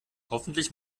hoffentlich